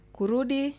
Kurudi